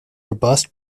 robust